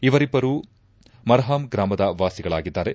ಇವರಿಬ್ಲರೂ ಮರ್ಹಾಮ ಗ್ರಾಮದ ವಾಸಿಗಳಾಗಿದ್ದಾರೆ